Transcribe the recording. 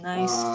Nice